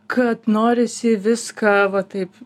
kad norisi viską va taip